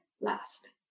last